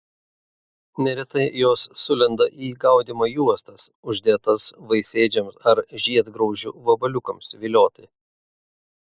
neretai jos sulenda į gaudymo juostas uždėtas vaisėdžiams ar žiedgraužių vabaliukams vilioti